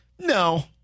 No